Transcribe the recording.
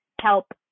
Help